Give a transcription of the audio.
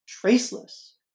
traceless